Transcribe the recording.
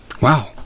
Wow